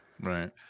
right